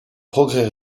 progrès